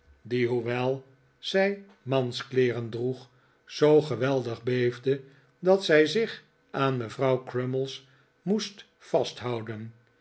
die hoewel zij manskleeren droeg zoo geweldig beefde dat zij zich aan mevrouw crummies moest vasthouden